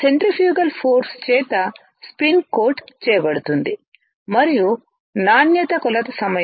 centrifugal force చేత spin coat చేయబడుతుంది మరియు నాణ్యత కొలత సమయం